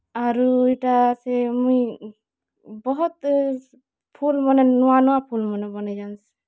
ଆରୁ ଇଟା ସେ ମୁଇଁ ବହତ୍ ଫୁଲ୍ମନେ ନୂଆ ନୂଆ ଫୁଲ୍ମନେ ବନେଇ ଜାନ୍ସି